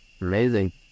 amazing